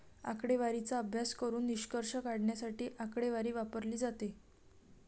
आकडेवारीचा अभ्यास करून निष्कर्ष काढण्यासाठी आकडेवारी वापरली जाते